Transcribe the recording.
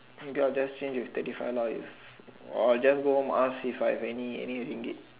maybe I'll just change with thirty five lah if or I'll just go home ask if I have any any Ringgit